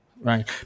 Right